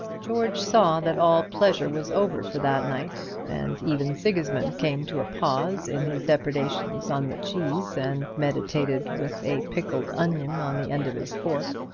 george saw that all pleasure was over for that night and even sigismund came to a pause in his depredations on the cheese, and meditated, with a pickled onion on the end of his fork.